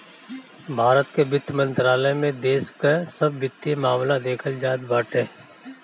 भारत के वित्त मंत्रालय में देश कअ सब वित्तीय मामला देखल जात बाटे